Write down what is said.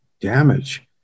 damage